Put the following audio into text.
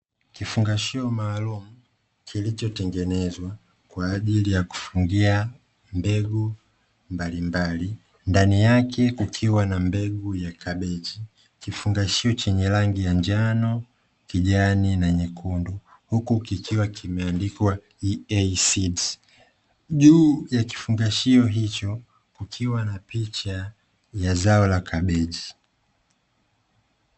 Kifungashio maalumu kilichotengenezwa kwa ajili ya kufungia mbegu mbalimbali, ndani yake kukiwa na mbegu ya kabechi, kifungashio chenye rangi ya njano, kijani na nyekundu huku kikiwa kimeandikwa "EASEED", juu ya kifungashio hicho kukiwa na picha ya zao la kabichi.